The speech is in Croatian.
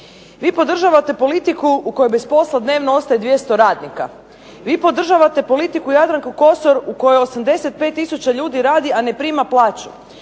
Vi podržavate politiku u kojoj bez posla dnevno ostaje 200 radnika. Vi podržavate politiku Jadranke Kosor u kojoj 85000 ljudi radi, a ne prima plaću.